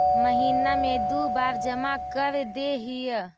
महिना मे दु बार जमा करदेहिय?